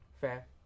Fair